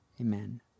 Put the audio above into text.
Amen